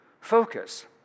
focus